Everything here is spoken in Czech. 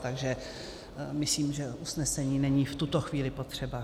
Takže myslím, že usnesení není v tuto chvíli potřeba.